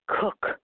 cook